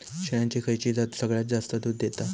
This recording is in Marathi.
शेळ्यांची खयची जात सगळ्यात जास्त दूध देता?